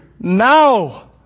now